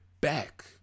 back